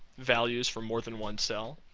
values from more than one cell?